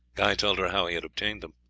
guy told her how he had obtained them.